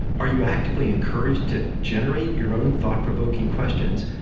are you actively encouraged to generate your own thought-provoking questions,